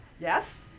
Yes